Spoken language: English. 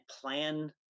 plan